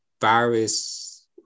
virus